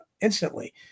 instantly